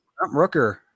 Rooker